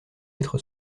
être